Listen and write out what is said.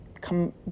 come